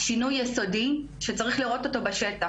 שינוי יסודי, שצריך לראות אותו בשטח.